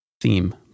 theme